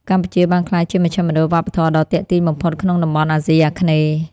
កម្ពុជាបានក្លាយជាមជ្ឈមណ្ឌលវប្បធម៌ដ៏ទាក់ទាញបំផុតក្នុងតំបន់អាស៊ីអាគ្នេយ៍។